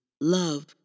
love